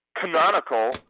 canonical